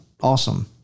awesome